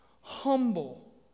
humble